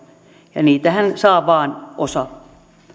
ja niitähän saa vain osa